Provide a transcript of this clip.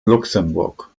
luxemburg